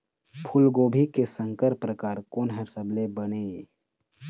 फूलगोभी के संकर परकार कोन हर सबले बने ये?